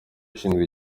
ushinzwe